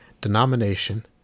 denomination